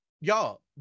y'all